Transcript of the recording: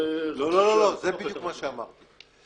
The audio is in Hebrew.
לא, זה בדיוק מה שאמרתי.